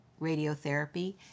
radiotherapy